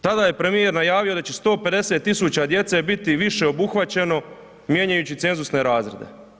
Tada je premijer najavio da će 150 000 djece biti više obuhvaćeno mijenjajući cenzusne razrede.